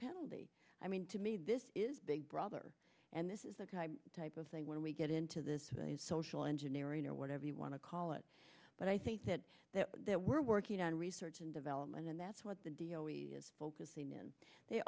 penalty i mean to me this is big brother and this is the type of thing where we get into this is social engineering or whatever you want to call it but i think that that we're working on research and development and that's what the deal we as focusing in they